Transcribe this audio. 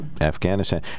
Afghanistan